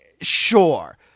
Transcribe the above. sure